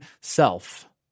self